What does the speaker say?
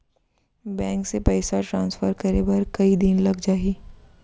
Bank से पइसा transfer करे बर कई दिन लग जाही?